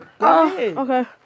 Okay